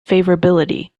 favorability